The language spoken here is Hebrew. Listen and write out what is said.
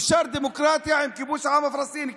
אפשר דמוקרטיה עם כיבוש העם הפלסטיני?